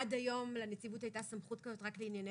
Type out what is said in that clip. עד היום לנציבות הייתה סמכות כזאת רק לענייני